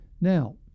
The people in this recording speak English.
Now